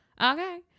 Okay